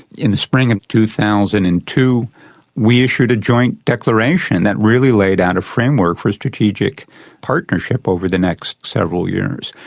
in the spring of two thousand and two we issued a joint declaration that really laid out a framework for strategic partnership over the next several years.